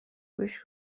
گوش